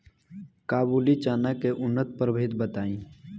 काबुली चना के उन्नत प्रभेद बताई?